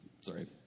Sorry